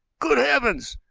good heavens,